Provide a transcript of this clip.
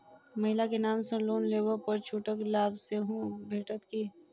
महिला केँ नाम सँ लोन लेबऽ पर छुटक लाभ सेहो भेटत की?